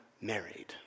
married